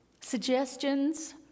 suggestions